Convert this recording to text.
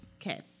Okay